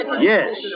Yes